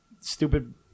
stupid